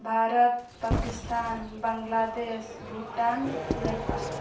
Bharat Pakistan Bangladesh Bhutan Nepal